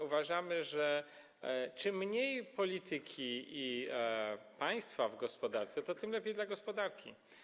Uważamy, że czym mniej polityki i państwa w gospodarce, tym lepiej dla gospodarki.